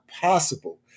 possible